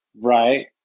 Right